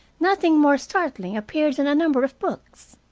nothing more startling appeared than a number of books.